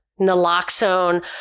naloxone